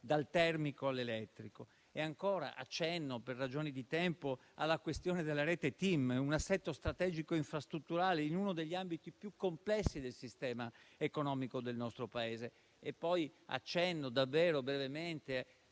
dal termico all'elettrico. Accenno inoltre per ragioni di tempo alla questione della rete TIM, un assetto strategico infrastrutturale in uno degli ambiti più complessi del sistema economico del nostro Paese. Accenno poi davvero brevemente